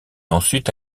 ensuite